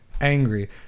angry